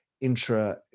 intra